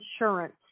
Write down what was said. insurance